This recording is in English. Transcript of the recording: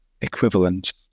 equivalent